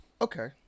Okay